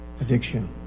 addiction